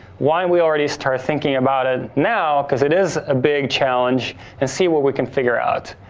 why we already start thinking about it now cause it is a big challenge and see what we can figure out?